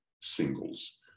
singles